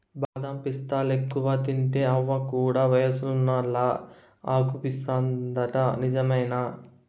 బాదం పిస్తాలెక్కువ తింటే అవ్వ కూడా వయసున్నోల్లలా అగుపిస్తాదంట నిజమేనా